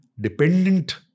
dependent